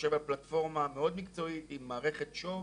שיושב על פלטפורמה מאוד מקצועית, עם מערכת 'שו'